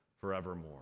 forevermore